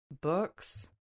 books